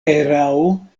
erao